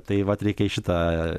tai vat reikia į šitą